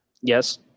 Yes